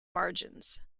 margins